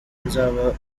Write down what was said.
nzaba